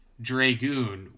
dragoon